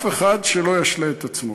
שאף אחד לא ישלה את עצמו.